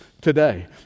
today